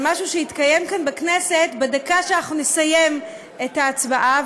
על משהו שיתקיים כאן בכנסת בדקה שאנחנו נסיים את ההצבעה.